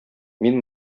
мин